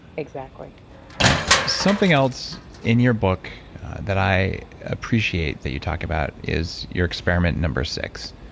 exactly something else in your book that i appreciate that you talk about is your experiment number six,